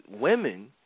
women